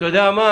אתה יודע מה?